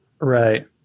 Right